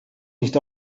nicht